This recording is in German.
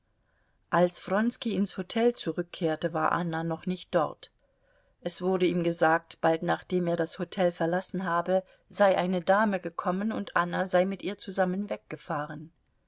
als wronski ins hotel zurückkehrte war anna noch nicht dort es wurde ihm gesagt bald nachdem er das hotel verlassen habe sei eine dame gekommen und anna sei mit ihr zusammen weggefahren